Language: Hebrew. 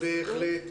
בהחלט.